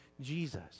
Jesus